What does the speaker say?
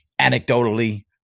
anecdotally